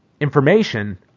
information